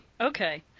okay